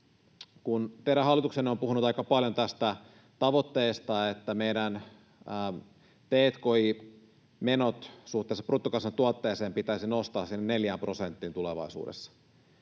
Kun teidän hallituksenne on puhunut aika paljon tästä tavoitteesta, että meidän t&k&i-menot suhteessa bruttokansantuotteeseen pitäisi nostaa sinne 4 prosenttiin tulevaisuudessa,